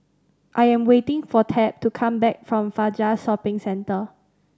I am waiting for Tab to come back from Fajar Shopping Centre